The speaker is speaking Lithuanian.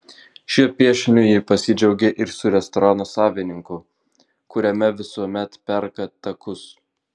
šiuo piešiniu ji pasidžiaugė ir su restorano savininku kuriame visuomet perka takus